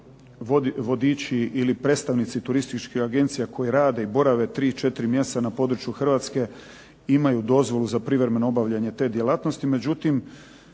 vodiči ili predstavnici turističkih agencija koji rade i borave 3, 4 mjeseca na području Hrvatske imaju dozvolu za privremeno obavljanje te djelatnosti.